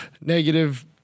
negative